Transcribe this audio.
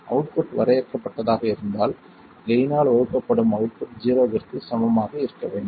output வரையறுக்கப்பட்டதாக இருந்தால் gain ஆல் வகுக்கப்படும் அவுட்புட் ஜீரோவிற்கு சமமாக இருக்க வேண்டும்